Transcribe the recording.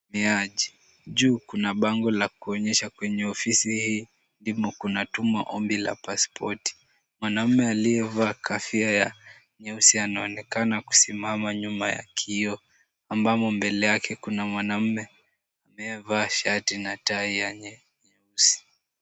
Niaje, juu kuna bango la kuonyesha kwenye ofisi hii, ndimo kunatumwa ombi la pasipoti. Mwanamume aliyevaa kofia ya nyeusi, anaonekana kusimama nyuma ya kioo, ambamo mbele yake, kuna mwanamume aliyevaa shati na tai ya nyeusi.